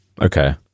Okay